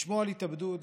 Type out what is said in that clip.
לשמוע על התאבדות,